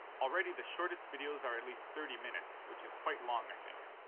already the shortest videos are at least thirty minutes which is quite long i think.